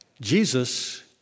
Jesus